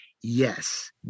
yes